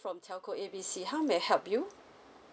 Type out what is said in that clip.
from telco A B C how may I help you